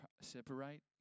separate